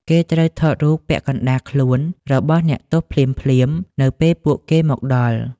គេត្រូវថតរូបពាក់កណ្ដាលខ្លួនរបស់អ្នកទោសភ្លាមៗនៅពេលពួកគេមកដល់។